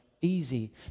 easy